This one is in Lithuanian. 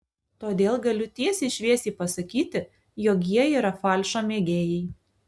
todėl galiu tiesiai šviesiai pasakyti jog jie yra falšo mėgėjai